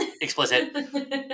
explicit